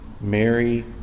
Mary